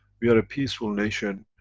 we are a peaceful nation,